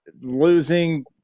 losing